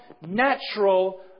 natural